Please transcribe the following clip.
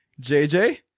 JJ